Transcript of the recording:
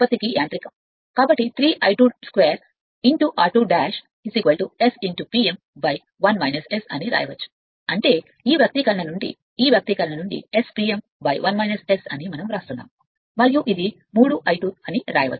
కాబట్టి 3 I22 r2 S P m 1 S అని వ్రాయవచ్చు అంటే ఈ వ్యక్తీకరణ నుండి ఈ వ్యక్తీకరణ నుండి S P m 1 S అని మనం వ్రాస్తున్నాము మరియు ఇది 3 I 2 అని వ్రాయవచ్చు